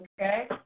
okay